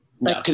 No